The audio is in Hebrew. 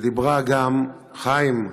ודיברה גם, חיים,